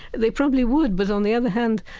they probably would, but, on the other hand,